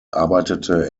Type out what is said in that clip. arbeitete